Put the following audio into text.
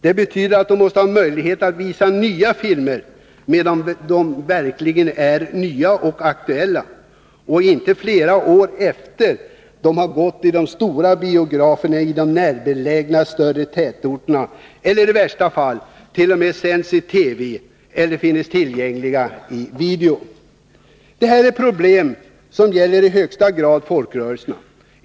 Det betyder att de måste ha möjlighet att visa nya filmer medan dessa verkligen är nya och aktuella, och inte flera år efter det att filmerna gått på stora biografer i närbelägna större tätorter eller i värsta fall t.o.m. sänts i TV eller finns tillgängliga på video. Det här är problem som i högsta grad gäller folkrörelserna.